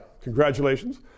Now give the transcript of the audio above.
Congratulations